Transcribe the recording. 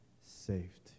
saved